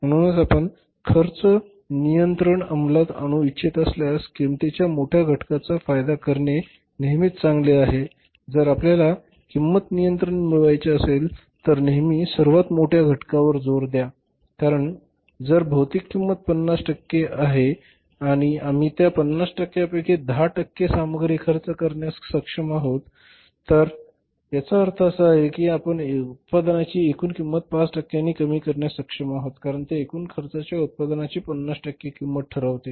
म्हणूनच आपण खर्च नियंत्रण अंमलात आणू इच्छित असल्यास किंमतीच्या मोठ्या घटकाचा फायदा करणे नेहमीच चांगले आहे जर आपल्याला किंमत नियंत्रण मिळवायचे असेल तर नेहमी सर्वात मोठ्या घटकावर जोर द्या कारण उदाहरणार्थ जर भौतिक किंमत 50 असेल टक्के आणि आम्ही त्या 50 पैकी 10 टक्के सामग्री खर्च कमी करण्यास सक्षम आहोत याचा अर्थ असा आहे की आम्ही उत्पादनाची एकूण किंमत 5 टक्क्यांनी कमी करण्यास सक्षम आहोत कारण ते एकूण खर्चाच्या उत्पादनाची 50 टक्के किंमत ठरवते